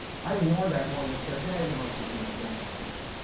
i'd ignore that one that says, hey, you don't have to do that well on the final.